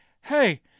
hey